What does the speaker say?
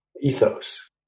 ethos